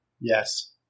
Yes